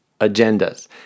agendas